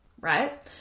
right